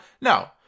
No